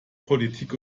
politik